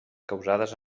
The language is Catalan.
causades